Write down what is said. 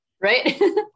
Right